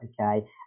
okay